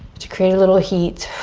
to create a little heat.